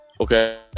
Okay